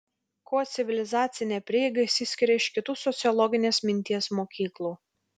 kuo civilizacinė prieiga išsiskiria iš kitų sociologinės minties mokyklų